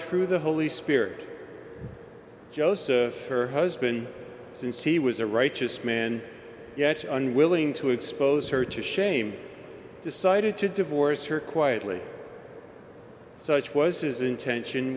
through the holy spirit her husband since he was a righteous man yet unwilling to expose her to shame decided to divorce her quietly such was his intention